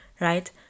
right